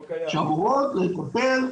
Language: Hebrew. אמורות לקבל,